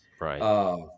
Right